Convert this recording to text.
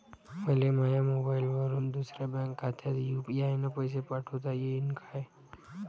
मले माह्या मोबाईलवरून दुसऱ्या बँक खात्यात यू.पी.आय न पैसे पाठोता येईन काय?